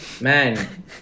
Man